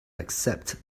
accept